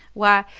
why,